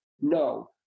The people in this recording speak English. no